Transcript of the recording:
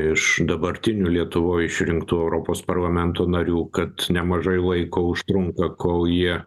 iš dabartinių lietuvoj išrinktų europos parlamento narių kad nemažai laiko užtrunka kol jie